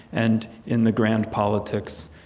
and in the grand politics,